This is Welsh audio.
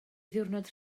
ddiwrnod